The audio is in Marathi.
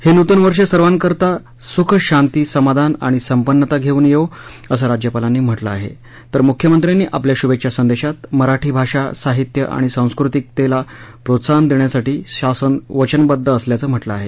हे नूतन वर्ष सर्वांकरता सुख शांती समाधान आणि संपन्नता घेऊन येवो असं राज्यपालांनी म्हटलं आहे तर मुख्यमंत्र्यांनी आपल्या शुभेच्छा संदेशात मराठी भाषा साहित्य आणि सांस्कृतिकतेला प्रोत्साहन देण्यासाठी शासन वचनबद्ध असल्याचं म्हटलं आहे